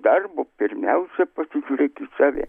darbu pirmiausia pasižiūrėk į save